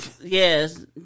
yes